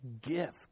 gift